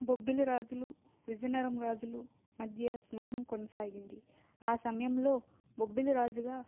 బొబ్బిలి రాజులు విజయనగరం రాజులు మధ్య స్నేహం కొనసాగింది ఆ సమయంలో బొబ్బిలి రాజుగా